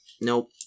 Nope